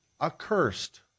accursed